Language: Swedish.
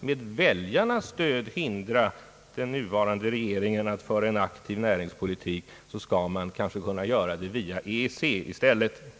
med väljarnas stöd hindra den nuvarande regeringen att föra en aktiv näringspolitik, via EEC i stället lyckas därmed.